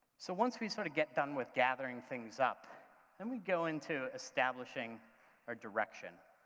so once we sort of get done with gathering things up then we go into establishing a direction.